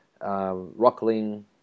rockling